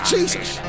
Jesus